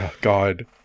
God